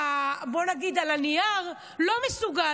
בואו נגיד על הנייר, לא מסוגל.